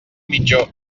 mitjó